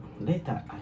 later